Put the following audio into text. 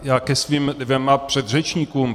Já ke svým dvěma předřečníkům.